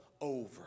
over